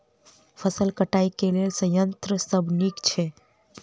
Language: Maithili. फसल कटाई लेल केँ संयंत्र सब नीक छै?